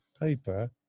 paper